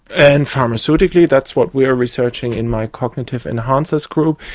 and pharmaceutically, that's what we're researching in my cognitive enhancers group.